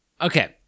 Okay